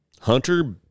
hunter